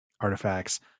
artifacts